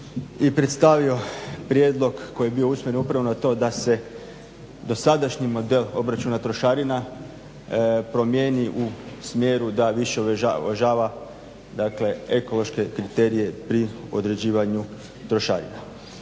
predstavio prijedlog koji je bio upravo usmjeren na to da se dosadašnji model obračuna trošarina promijeni u smjeru da više uvaža ekološke kriterije pri određivanju trošarina.